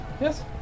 yes